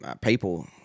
People